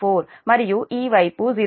24 మరియు ఈ వైపు 0